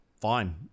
fine